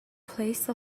place